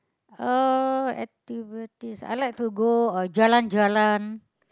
uh activities I like to go uh jalan jalan